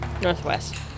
Northwest